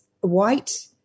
white